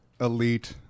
Elite